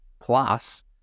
Plus